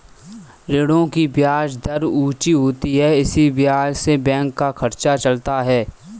ऋणों की ब्याज दर ऊंची होती है इसी ब्याज से बैंक का खर्चा चलता है